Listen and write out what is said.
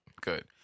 Good